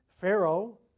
Pharaoh